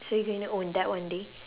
so you going to own that one day